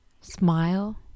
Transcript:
Smile